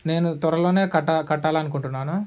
నేను త్వరలోనే కట్టా కట్టాలని అనుకుంటున్నాను